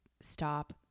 stop